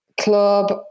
club